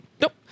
nope